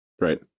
Right